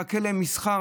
מחכה להם מסחר,